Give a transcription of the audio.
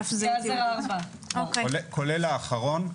כולל האחרון.